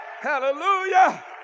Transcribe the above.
Hallelujah